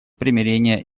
примирения